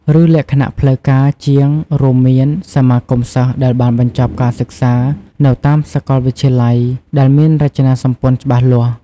ឬលក្ខណៈផ្លូវការជាង រួមមាន សមាគមសិស្សដែលបានបញ្ចប់ការសិក្សានៅតាមសកលវិទ្យាល័យ ដែលមានរចនាសម្ព័ន្ធច្បាស់លាស់។